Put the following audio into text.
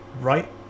right